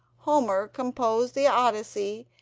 homer composed the odyssey,